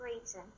reason